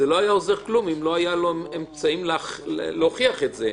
לא היה עוזר כלום הם היו לו אמצעים להוכיח את זה.